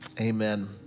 Amen